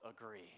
agree